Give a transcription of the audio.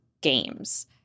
games